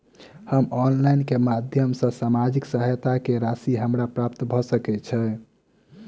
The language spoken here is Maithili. हम ऑनलाइन केँ माध्यम सँ सामाजिक सहायता केँ राशि हमरा प्राप्त भऽ सकै छै?